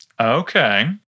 Okay